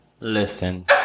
Listen